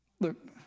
look